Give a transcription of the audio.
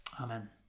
Amen